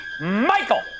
Michael